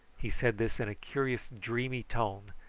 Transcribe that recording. he said this in a curious dreamy tone,